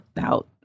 out